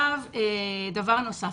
דבר נוסף,